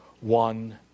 one